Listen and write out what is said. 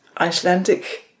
Icelandic